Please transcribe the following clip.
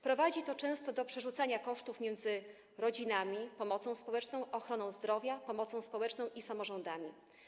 Prowadzi to często do przerzucania kosztów między rodzinami, pomocą społeczną, ochroną zdrowia, pomocą społeczną i samorządami.